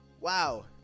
Wow